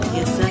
Yes